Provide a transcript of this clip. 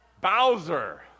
Bowser